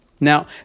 Now